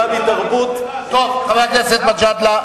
חבר הכנסת מג'אדלה.